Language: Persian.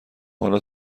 حالا